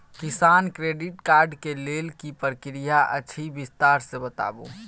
किसान credit card के लेल की प्रक्रिया अछि विस्तार से बताबू?